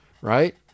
right